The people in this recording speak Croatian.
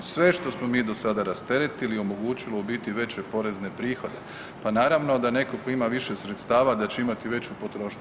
Sve što smo mi do sada rasteretili, omogućili u biti veće porezne prihode, pa naravno da netko tko ima više sredstava da će imati veću potrošnju.